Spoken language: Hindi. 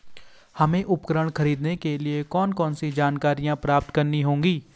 हमें उपकरण खरीदने के लिए कौन कौन सी जानकारियां प्राप्त करनी होगी?